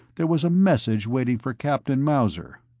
there was a message waiting for captain mauser.